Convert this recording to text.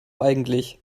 eigentlich